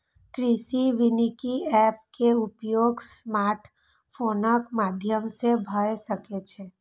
कृषि वानिकी एप के उपयोग स्मार्टफोनक माध्यम सं भए सकै छै